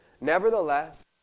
Nevertheless